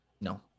no